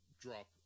drop